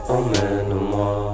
Emmène-moi